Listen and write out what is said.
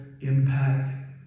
impact